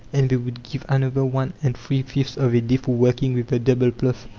and they would give another one and three-fifths of a day for working with the double plough.